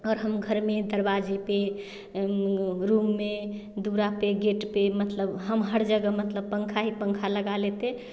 और हम घर में दरवाज़े पर रूम में द्वार पर गेट पर मतलब हम हर जगह मतलब पंखा ही पंखा लगा लेते